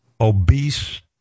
obese